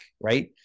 right